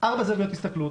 ארבע זוויות הסתכלות,